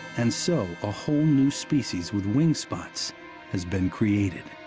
and so, a whole new species with wing spots has been created.